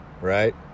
right